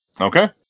Okay